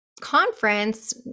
conference